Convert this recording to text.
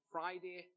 Friday